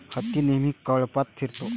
हत्ती नेहमी कळपात फिरतो